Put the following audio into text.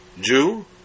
Jew